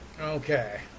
Okay